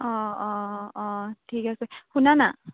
অঁ অঁ অঁ ঠিক আছে শুনানা